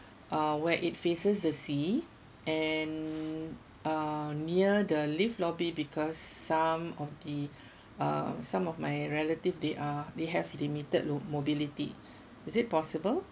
uh where it faces the sea and uh near the lift lobby because some of the uh some of my relative they are they have limited mobility is it possible